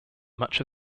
much